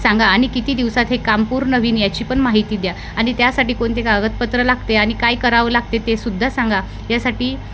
सांगा आणि किती दिवसात हे काम पूर्ण होईन याची पण माहिती द्या आनि त्यासाठी कोणते कागदपत्रं लागते आणि काय करावं लागते ते सुद्धा सांगा यासाठी